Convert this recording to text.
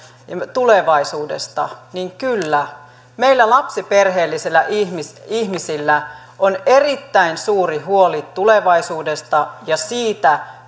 tulevaisuudesta niin kyllä meillä lapsiperheellisillä ihmisillä ihmisillä on erittäin suuri huoli tulevaisuudesta ja siitä